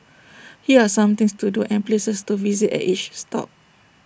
here are some things to do and places to visit at each stop